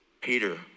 Peter